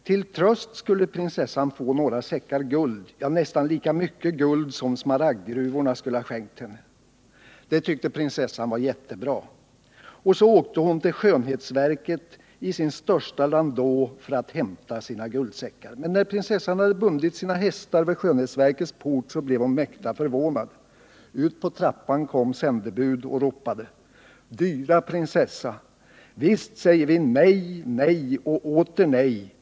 Till tröst skulle Prinsessan få några säckar guld, ja nästan lika mycket guld som smaragdgruvorna skulle skänkt henne. Det tyckte Prinsessan var jättebra, och så åkte hon till Skönhetsverket i sin största landå för att hämta sina guldsäckar. Men när Prinsessan hade bundit sina hästar vid Skönhetsverkets port, blev hon mäkta förvånad. Ut på trappan kom ett sändebud och ropade: — Dyra Prinsessa, visst säger vi nej! nej! och åter nej!